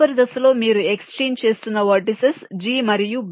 తదుపరి దశలో మీరు ఎక్స్చేంజ్ చేస్తున్న వెర్టిసిస్ g మరియు b